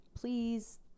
please